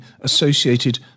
associated